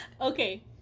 Okay